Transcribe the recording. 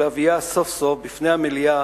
להביאה סוף סוף בפני המליאה